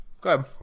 Good